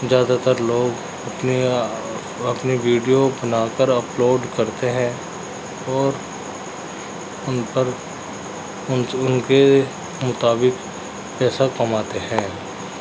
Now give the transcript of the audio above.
زیادہ تر لوگ اپنی اف اپنی ویڈیو بنا کر اپلوڈ کرتے ہیں اور ان پر ان سے ان کے مطابق پیسہ کماتے ہیں